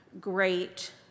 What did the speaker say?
great